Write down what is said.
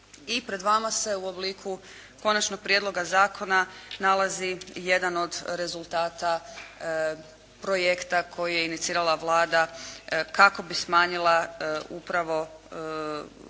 i pred vama se u obliku konačnog prijedloga zakona nalazi jedan od rezultata projekta koji je inicirala Vlada kako bi smanjila upravo